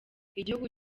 igihugu